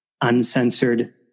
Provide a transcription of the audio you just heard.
uncensored